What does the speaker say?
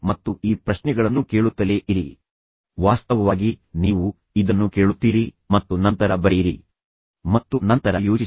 ಮತ್ತು ಈ ಪ್ರಶ್ನೆಗಳನ್ನು ಕೇಳುತ್ತಲೇ ಇರಿ ವಾಸ್ತವವಾಗಿ ನೀವು ಇದನ್ನು ಕೇಳುತ್ತೀರಿ ಮತ್ತು ನಂತರ ಬರೆಯಿರಿ ಮತ್ತು ನಂತರ ಯೋಚಿಸಿ